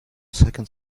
second